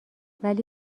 ولی